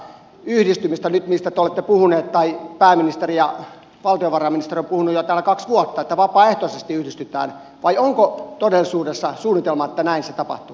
onko tämä sitä vapaaehtoista yhdistymistä nyt mistä te olette puhuneet tai pääministeri ja valtiovarainministeri ovat puhuneet täällä jo kaksi vuotta että vapaaehtoisesti yhdistytään vai onko todellisuudessa suunnitelma että näin se tapahtuu